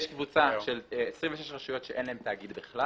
יש קבוצה של 26 רשויות שאין להן תאגיד בכלל.